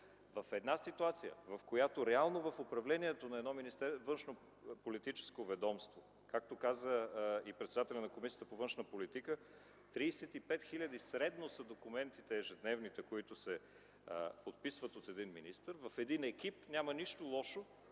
В ситуация, в която реално в управлението на външнополитическо ведомство, както каза и председателят на Комисията по външна политика и отбрана, 35 хиляди средно са ежедневните документи, които се подписват от един министър, в един екип няма нищо лошо